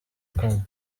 kane